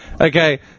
Okay